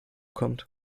kommt